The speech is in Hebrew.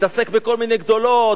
מתעסק בכל מיני גדולות,